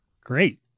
Great